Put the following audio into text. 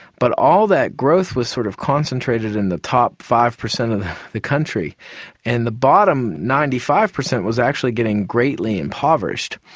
but all that growth was sort of concentrated in the top five per cent of the country and the bottom ninety five per cent was actually getting greatly impoverished.